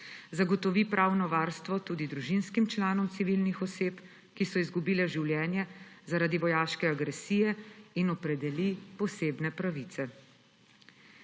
zagotovi pravno varstvo tudi družinskim članom civilnih oseb, ki so izgubile življene zaradi vojaške agresije, in opredeli posebne pravice.